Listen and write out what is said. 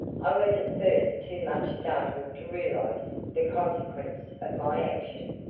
i was at first too much startled to realize the consequences of my action,